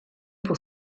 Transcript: pour